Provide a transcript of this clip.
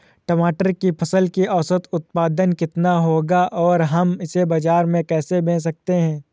टमाटर की फसल का औसत उत्पादन कितना होगा और हम इसे बाजार में कैसे बेच सकते हैं?